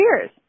Cheers